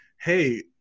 Hey